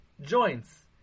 joints